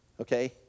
okay